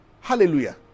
Hallelujah